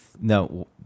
No